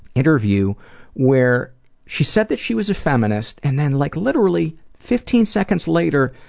interview where she said that she was a feminist and then like literally, fifteen seconds later,